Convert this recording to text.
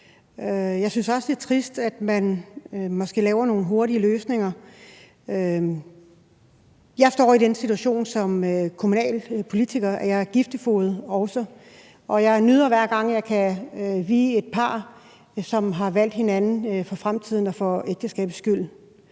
Jeg synes også, det er trist, at man måske laver nogle hurtige løsninger. Jeg står som kommunalpolitiker i den situation, at jeg også er giftefoged, og jeg nyder det, hver gang jeg kan vie et par, som har valgt hinanden for fremtiden og som ægtepar.